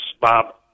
Bob